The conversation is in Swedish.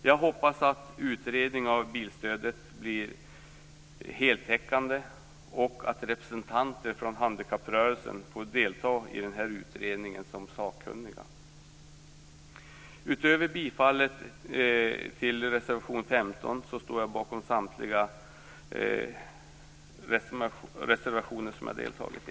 Jag hoppas att utredningen av bilstödet blir heltäckande och att representanter från handikapprörelsen får delta i den här utredningen som sakkunniga. Utöver bifallet till reservation 15 står jag bakom samtliga de reservationer som jag har deltagit i.